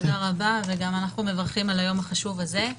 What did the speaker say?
תודה רבה, וגם אנחנו מברכים על היום החשוב הזה.